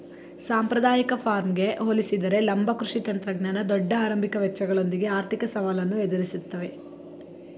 ಸಾಂಪ್ರದಾಯಿಕ ಫಾರ್ಮ್ಗೆ ಹೋಲಿಸಿದರೆ ಲಂಬ ಕೃಷಿ ತಂತ್ರಜ್ಞಾನ ದೊಡ್ಡ ಆರಂಭಿಕ ವೆಚ್ಚಗಳೊಂದಿಗೆ ಆರ್ಥಿಕ ಸವಾಲನ್ನು ಎದುರಿಸ್ತವೆ